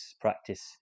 practice